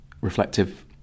Reflective